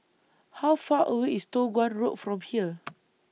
How Far away IS Toh Guan Road from here